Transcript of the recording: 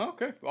Okay